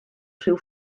rhyw